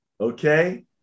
Okay